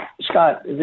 Scott